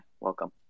welcome